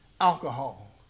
alcohol